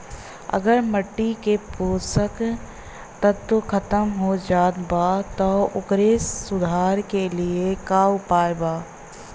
अगर माटी के पोषक तत्व खत्म हो जात बा त ओकरे सुधार के लिए का उपाय बा?